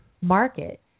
market